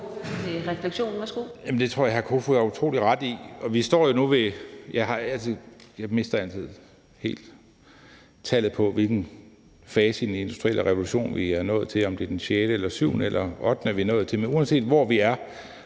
Det tror jeg hr. Peter Kofod har utrolig meget ret i. Jeg mister altid helt tallet på, hvilken fase i den industrielle revolution vi er nået til, altså om det er den sjette, den syvende eller den ottende, vi er nået til, men uanset hvor vi er,